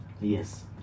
yes